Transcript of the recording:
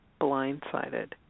blindsided